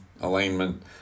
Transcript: alignment